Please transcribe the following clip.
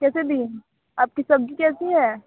कैसे दिए आप की सब्ज़ी कैसी है